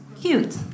cute